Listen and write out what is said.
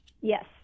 Yes